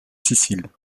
sicile